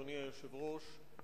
אדוני היושב-ראש,